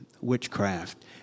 witchcraft